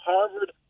Harvard